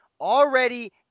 already